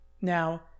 Now